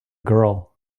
girl